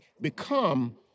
become